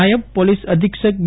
નાયબ પોલીસ અધિક્ષક બી